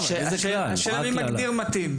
השאלה היא מי מגדיר "מתאים".